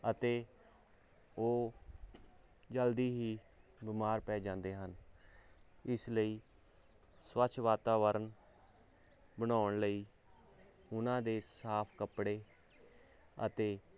ਅਤੇ ਉਹ ਜਲਦੀ ਹੀ ਬਿਮਾਰ ਪੈ ਜਾਂਦੇ ਹਨ ਇਸ ਲਈ ਸਵੱਛ ਵਾਤਾਵਰਨ ਬਣਾਉਣ ਲਈ ਉਹਨਾਂ ਦੇ ਸਾਫ ਕੱਪੜੇ ਅਤੇ